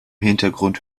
hintergrund